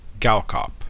Galcop